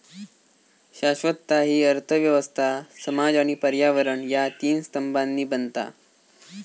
शाश्वतता हि अर्थ व्यवस्था, समाज आणि पर्यावरण ह्या तीन स्तंभांनी बनता